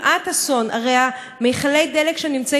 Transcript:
הרי מכלי הדלק שנמצאים זה ליד זה,